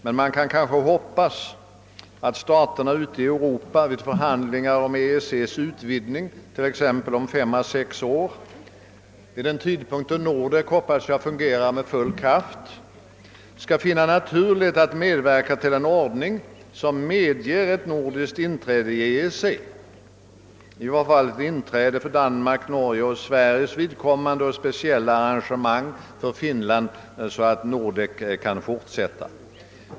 Men man kan kanske hoppas att staterna ute i Europa vid förhandlingar om EEC:s utvidgning — t.ex. om fem, sex år då Nordek, hoppas jag, fungerar med full kraft — skall finna det naturligt att medverka till en ordning som medger ett nordiskt inträde i EEC, i varje fall för Danmarks, Norges och Sveriges vidkommande, och speciella arrangemang för Finland, på sådana betingelser att Nordek kan bestå.